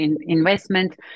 investment